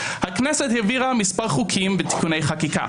הכנסת העבירה מספר חוקים ותיקוני חקיקה.